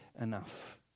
enough